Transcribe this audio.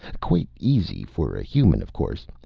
quite easy for a human, of course.